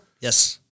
Yes